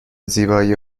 زیبایی